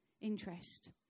interest